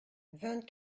vingt